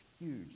huge